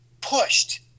pushed